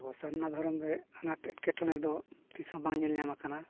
ᱟᱵᱚ ᱥᱟᱨᱱᱟ ᱫᱷᱚᱨᱚᱢ ᱨᱮ ᱟᱱᱟᱴ ᱮᱸᱴᱠᱮᱴᱚᱬᱮ ᱫᱚ ᱛᱤᱥ ᱦᱚᱸ ᱵᱟᱝ ᱧᱮᱞᱧᱟᱢ ᱟᱠᱟᱱᱟ